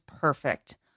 perfect